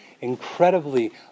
incredibly